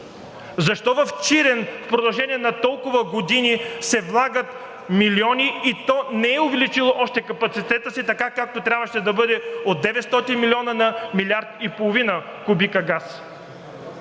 Защо в Чирен в продължение на толкова години се влагат милиони и то не е увеличило още капацитета си така, както трябваше да бъде – от 900 милиона на 1,5 милиарда кубика газ?